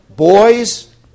Boys